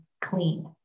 clean